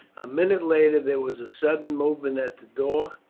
a minute later there was a sudden movement at the door,